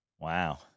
Wow